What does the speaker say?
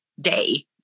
day